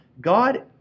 God